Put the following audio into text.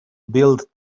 build